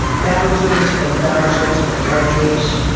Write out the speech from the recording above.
thousands and thousands of countries